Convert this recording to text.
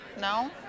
No